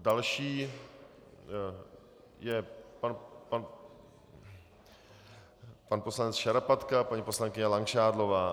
Další je pan poslanec Šarapatka a paní poslankyně Langšádlová.